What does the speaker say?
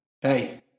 Hey